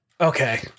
Okay